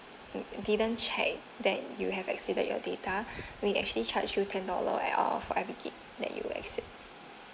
didn't check that you have exceeded your data we actually charge ten dollar at uh for every gig that you exceed